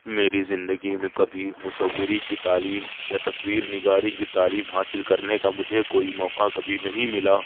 میری زندگی میں کبھی مصوری کی تعلیم یا تصویر نگاری کی تعلیم حاصل کرنے کا مجھے کوئی موقع کبھی نہیں ملا